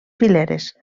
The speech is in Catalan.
fileres